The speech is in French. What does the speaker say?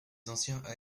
anciens